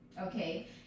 okay